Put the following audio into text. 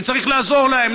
וצריך לעזור להם,